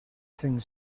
cinc